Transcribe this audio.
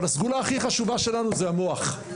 אבל הסגולה הכי חשובה שלנו זה המוח,